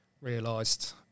realised